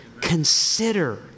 Consider